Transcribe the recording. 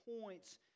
points